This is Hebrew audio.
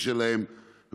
אוקיי, אין בעיה.